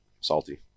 Salty